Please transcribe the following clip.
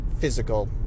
physical